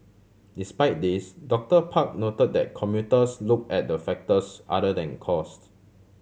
despite this Doctor Park note that commuters look at the factors other than costs